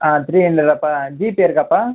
ஆ three ஹண்ட்ரடாப்பா GPay இருக்காப்பா